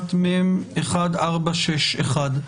מ/1461.